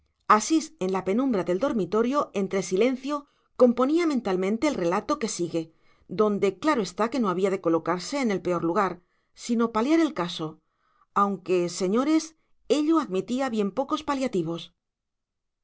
asís en la penumbra del dormitorio entre el silencio componía mentalmente el relato que sigue donde claro está que no había de colocarse en el peor lugar sino paliar el caso aunque señores ello admitía bien pocos paliativos